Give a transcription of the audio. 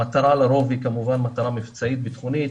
המטרה לרוב היא כמובן מטרה מבצעית ביטחונית